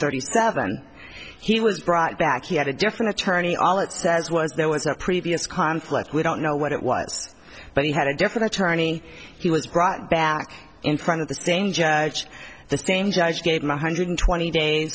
thirty seven he was brought back he had a different attorney all it says was there was a previous conflict we don't know what it was but he had a different attorney he was brought back in front of the dane judge the same judge gave him one hundred twenty days